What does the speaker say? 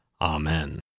Amen